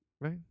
right